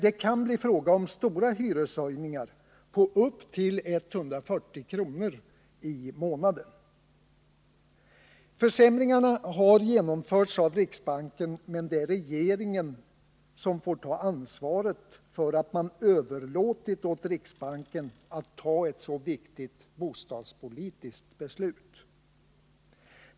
Det kan bli fråga om stora hyreshöjningar på upp till 140 kr. i månaden. Försämringarna har genomförts av riksbanken, men det är regeringen som får ta ansvaret för att man har överlåtit åt riksbanken att ta ett så viktigt bostadspolitiskt beslut.